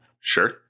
sure